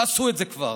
תעשו את זה כבר.